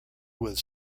was